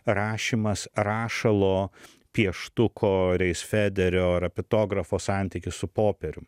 rašymas rašalo pieštuko reisfederio rapitografo santykius su popierium